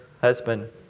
husband